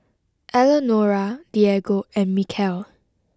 Elenora Diego and Mykel